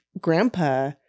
grandpa